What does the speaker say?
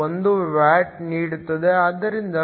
1 watt ನೀಡುತ್ತದೆ